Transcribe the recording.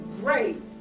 great